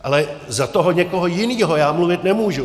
Ale za toho někoho jiného já mluvit nemůžu.